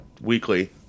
weekly